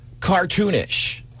cartoonish